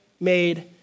made